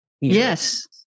Yes